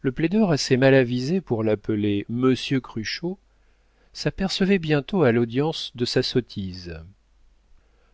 le plaideur assez mal avisé pour l'appeler monsieur cruchot s'apercevait bientôt à l'audience de sa sottise